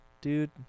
Dude